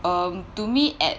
um to me at